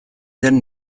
den